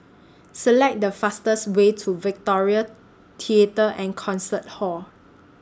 Select The fastest Way to Victoria Theatre and Concert Hall